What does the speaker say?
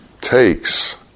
takes